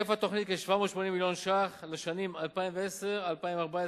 היקף התוכנית כ-780 מיליון שקלים לשנים 2010 2014,